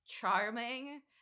charming